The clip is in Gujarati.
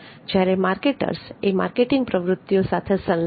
જ્યારે માર્કેટર્સ એ માર્કેટિંગ પ્રવૃત્તિઓ સાથે સંલગ્ન છે